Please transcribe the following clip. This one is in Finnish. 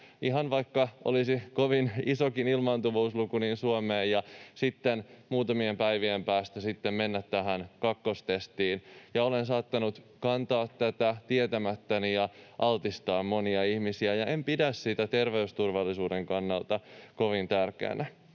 ihan vaikka olisi kovin isokin ilmaantuvuusluku, Suomeen ja sitten muutamien päivien päästä mennä tähän kakkostestiin ja olen saattanut kantaa tätä tietämättäni ja altistaa monia ihmisiä ja olla pitämättä sitä terveysturvallisuuden kannalta kovin tärkeänä.